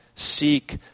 Seek